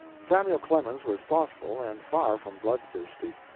samuel clemens was thoughtful, and far from bloodthirsty.